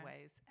ways